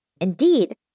Indeed